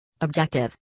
Objective